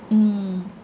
mm